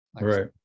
Right